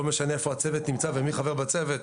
לא משנה איפה הצוות נמצא ומי חבר בצוות